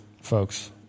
folks